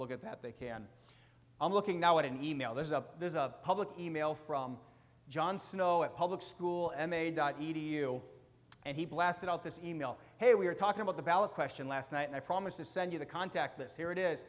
look at that they can i'm looking now at an e mail there's a there's a public email from john snow a public school and a dot edu and he blasted out this e mail hey we are talking about the ballot question last night and i promise to send you the contact list here it is